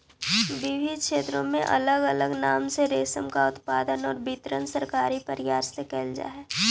विविध क्षेत्रों में अलग अलग नाम से रेशम का उत्पादन और वितरण सरकारी प्रयास से करल जा हई